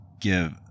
give